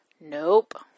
Nope